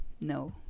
no